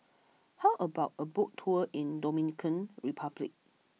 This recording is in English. how about a boat tour in Dominican Republic